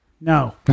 No